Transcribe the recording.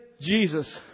Jesus